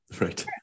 Right